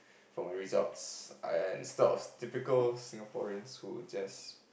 for my results and instead of typical Singaporeans who just